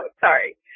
sorry